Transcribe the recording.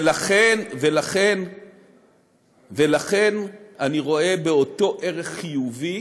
ולכן אני רואה באותו ערך חיובי